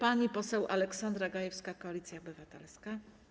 Pani poseł Aleksandra Gajewska, Koalicja Obywatelska.